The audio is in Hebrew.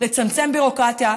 לצמצם ביורוקרטיה,